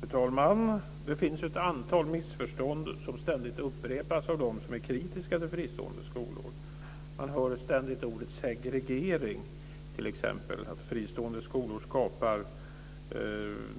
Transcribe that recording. Fru talman! Det finns ett antal missförstånd som ständigt upprepas av dem som är kritiska till fristående skolor. Man hör t.ex. ständigt ordet segregering, att fristående skolor skapar